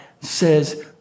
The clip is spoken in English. says